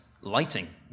lighting